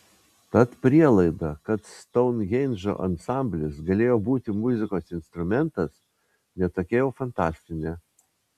tad prielaida kad stounhendžo ansamblis galėjo būti muzikos instrumentas ne tokia jau fantastinė